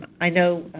i know